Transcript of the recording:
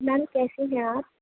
میم کیسے ہیں آپ